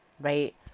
right